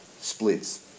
splits